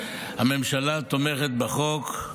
הממשלה תומכת בחוק.